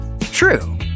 True